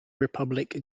republic